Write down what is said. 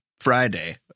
Friday